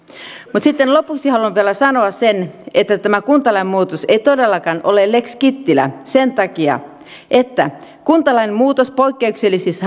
mutta sitten lopuksi haluan vielä sanoa sen että tämä kuntalain muutos ei todellakaan ole lex kittilä sen takia että kuntalain muutos poikkeuksellisissa